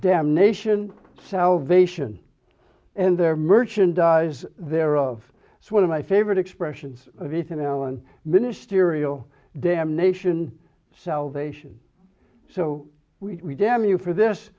damnation salvation and their merchandise thereof one of my favorite expressions of ethan allen ministerial damnation salvation so we damn you for this